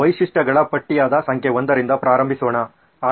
ವೈಶಿಷ್ಟ್ಯಗಳ ಪಟ್ಟಿಯಾದ ಸಂಖ್ಯೆ 1 ರಿಂದ ಪ್ರಾರಂಭಿಸೋಣ